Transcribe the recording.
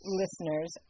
listeners